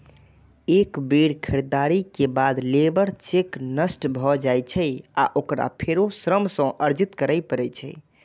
एक बेर खरीदारी के बाद लेबर चेक नष्ट भए जाइ छै आ ओकरा फेरो श्रम सँ अर्जित करै पड़ै छै